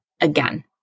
again